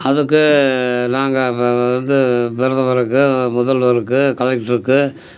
அதுக்கு நாங்கள் ப இது பிரதமருக்கு முதல்வருக்கு கலெக்ட்ருக்கு